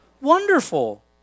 Wonderful